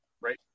right